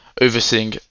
overseeing